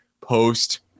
post